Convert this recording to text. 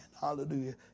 hallelujah